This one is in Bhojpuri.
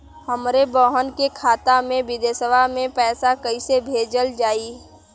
हमरे बहन के खाता मे विदेशवा मे पैसा कई से भेजल जाई?